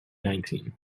nineteen